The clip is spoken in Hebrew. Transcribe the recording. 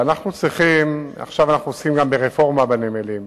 עכשיו אנחנו עוסקים גם ברפורמה בנמלים,